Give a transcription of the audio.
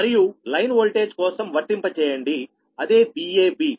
మరియు line voltage కోసం వర్తింప చేయండి అదే Vab